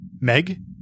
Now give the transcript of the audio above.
Meg